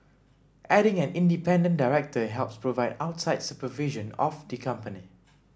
adding an independent director helps provide outside supervision of the company